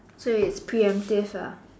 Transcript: so its preemptive ah